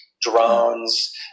drones